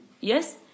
Yes